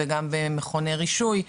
במכוני רישוי,